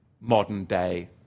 modern-day